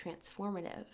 transformative